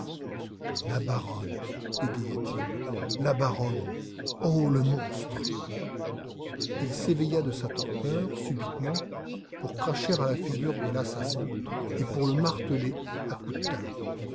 la baronne bégaya-t-il la baronne oh le monstre il s'éveilla de sa torpeur subitement pour cracher à la figure de l'assassin et pour le marteler à coups de talon